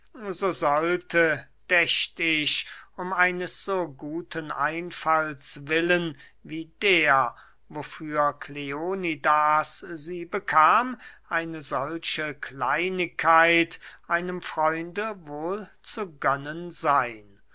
sollte dächt ich um eines so guten einfalls willen wie der wofür kleonidas sie bekam eine solche kleinigkeit einem freunde wohl zu gönnen seyn